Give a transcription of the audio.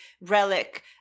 Relic